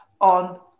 on